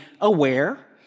aware